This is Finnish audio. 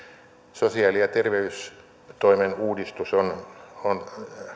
sosiaali ja terveystoimen uudistus on on